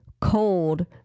cold